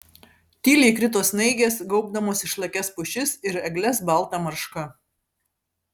tyliai krito snaigės gaubdamos išlakias pušis ir egles balta marška